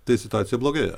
tai situacija blogėja